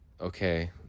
Okay